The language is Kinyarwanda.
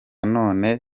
none